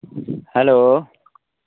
hello